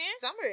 Summer